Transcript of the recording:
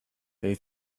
they